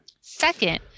Second